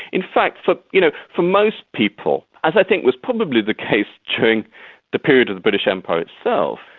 in fact, for you know for most people, as i think was probably the case during the period of the british empire itself,